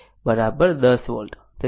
તેથી તે 10 વોલ્ટ